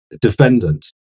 defendant